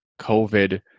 COVID